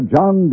John